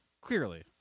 clearly